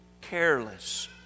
careless